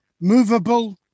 movable